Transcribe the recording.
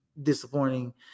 Disappointing